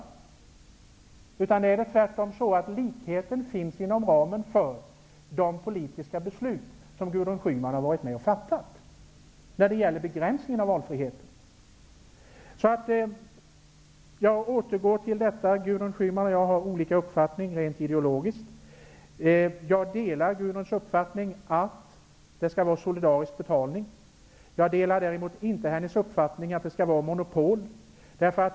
Det är tvärtom så att likheten finns inom ramen för de politiska beslut som Gudrun Schyman har varit med om att fatta när det gäller begränsningen av valfriheten. Gudrun Schyman och jag har olika uppfattningar rent ideologiskt. Jag delar Gudrun Schymans uppfattning att det skall vara solidarisk betalning. Jag delar däremot inte hennes uppfattning att det skall vara monopol.